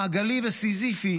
מעגלי וסיזיפי,